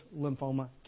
lymphoma